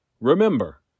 Remember